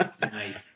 Nice